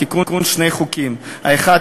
בתיקון שני חוקים: האחד,